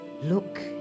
Look